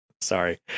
Sorry